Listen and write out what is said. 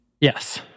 Yes